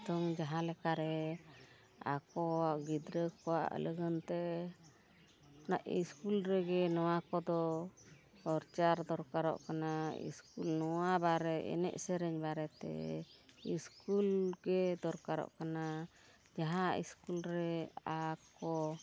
ᱱᱤᱛᱳᱜ ᱡᱟᱦᱟᱸᱞᱮᱠᱟᱨᱮ ᱟᱠᱚᱣᱟᱜ ᱜᱤᱫᱽᱨᱟᱹ ᱠᱚᱣᱟᱜ ᱞᱟᱹᱜᱤᱫᱼᱛᱮ ᱚᱱᱟ ᱤᱥᱠᱩᱞ ᱨᱮᱜᱮ ᱱᱚᱣᱟ ᱠᱚᱫᱚ ᱯᱨᱚᱪᱟᱨ ᱫᱚᱨᱠᱟᱨᱚᱜ ᱠᱟᱱᱟ ᱤᱥᱠᱩᱞ ᱱᱚᱣᱟ ᱵᱟᱨᱮ ᱮᱱᱮᱡ ᱥᱮᱨᱮᱧ ᱵᱟᱨᱮᱛᱮ ᱤᱥᱠᱩᱞᱜᱮ ᱫᱚᱨᱠᱟᱨᱚᱜ ᱠᱟᱱᱟ ᱡᱟᱦᱟᱸ ᱤᱥᱠᱩᱞ ᱨᱮ ᱟᱠᱚ